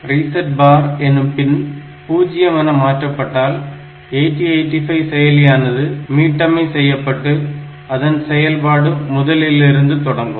RESET பார் எனும் பின் 0 என மாற்றப்பட்டால் 8085 செயலியானது மீட்டமை செய்யப்பட்டு அதன் செயல்பாடு முதலிலிருந்து தொடங்கும்